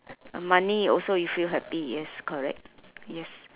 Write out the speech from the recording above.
money also you feel happy yes correct yes